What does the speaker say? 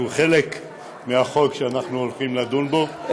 שהוא אחד מיוזמי החוק שאנחנו הולכים לדון בו,